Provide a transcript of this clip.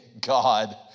God